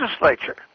legislature